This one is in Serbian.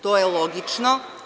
To je logično.